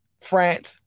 France